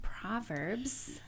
Proverbs